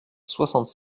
soixante